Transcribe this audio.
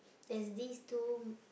there's this two